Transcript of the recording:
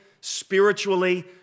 spiritually